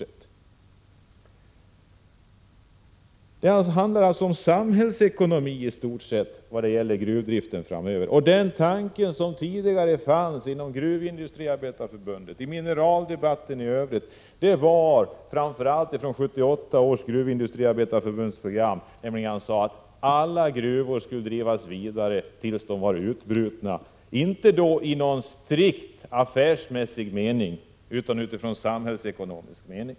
När det gäller gruvdriften framöver handlar det alltså om samhällsekonomi. Den tanke som tidigare fanns inom Gruvindustriarbetareförbundet och som låg bakom mineraldebatten i övrigt formulerades i stort sett i det program som 1978 antogs av Gruvindustriarbetareförbundet, där det sades att alla gruvor skulle drivas vidare tills de var utbrutna. Vad man avsåg var inte den strikta affärsmässigheten, utan man såg till samhällsekonomin.